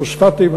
פוספטים,